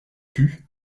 put